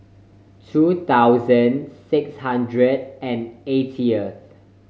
two thousand six hundred and eightieth